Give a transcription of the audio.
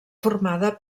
formada